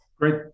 Great